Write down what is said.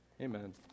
Amen